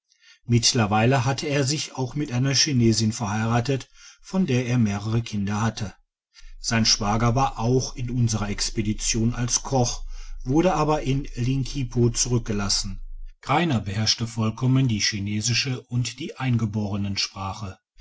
mittlerweile hatte er sich auch mit einer chinesin verheiratet von der er mehrere kinder hatte sein schwager war auch in unserer expedition als koch wurde aber in linkipo zurückgelassen greiner beherrschte vollkommen die chinesische und die eingeborenen sprache so